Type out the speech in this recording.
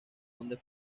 donde